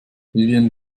vivien